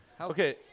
Okay